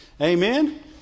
Amen